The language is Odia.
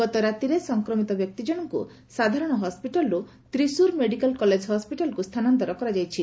ଗତ ରାତିରେ ସଂକ୍ରମିତ ବ୍ୟକ୍ତିଜଣଙ୍କୁ ସାଦାରଣ ହସ୍କିଟାଲ୍ରୁ ତ୍ରିସୁର ମେଡିକାଲ୍ କଲେଜ୍ ହସ୍କିଟାଲ୍କୁ ସ୍ଥାନାନ୍ତର କରାଯାଇଛି